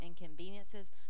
inconveniences